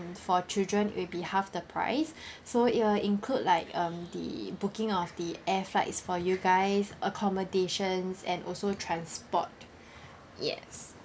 for children will be half the price so ya include like um the booking of the air flights for you guys accommodations and also transport yes